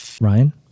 Ryan